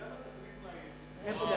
למה אתה תמיד מאיים?